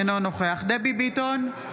אינו נוכח דבי ביטון,